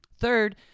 Third